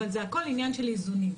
אבל הכול עניין של איזונים.